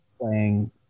playing